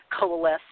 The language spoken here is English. coalesce